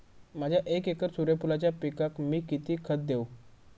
माझ्या एक एकर सूर्यफुलाच्या पिकाक मी किती खत देवू?